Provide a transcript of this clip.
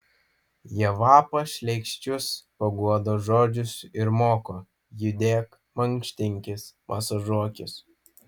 jie vapa šleikščius paguodos žodžius ir moko judėk mankštinkis masažuokis